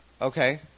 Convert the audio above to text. Okay